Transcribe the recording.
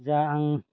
जा आं